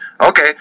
Okay